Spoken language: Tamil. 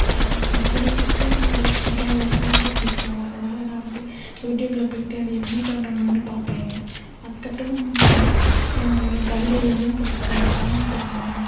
எனக்கு வந்து சிக்கன் நூடுல்ஸ் சிக்கன் ரைஸ்னால் ரொம்ப பிடிக்கும் அதனால நான் வந்து யூடியுப்ல போய்ட்டு அது எப்படி பண்ணணும்னு பார்ப்பேன் அதுக்கப்புறோம் எனக்கு கவிதை எழுதவும் பிடிக்கும் ட்ராயிங் பண்ணுவேன்